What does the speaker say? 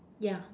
yeah